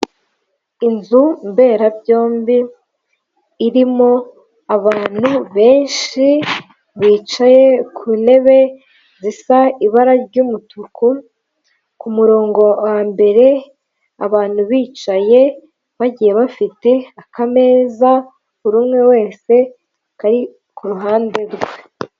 Inzu mberabyombi, irimo abantu benshi bicaye ku ntebe zisa ibara ry'umutuku. ku murongo wa mbere abantu bicaye bagiye bafite akameza, buri umwe wese kari ku ruhande rwe.